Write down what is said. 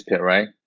right